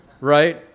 right